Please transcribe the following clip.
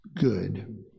good